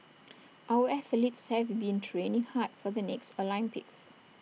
our athletes have been training hard for the next Olympics